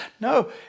No